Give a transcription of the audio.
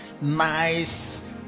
Nice